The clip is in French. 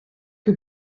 que